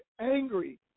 angry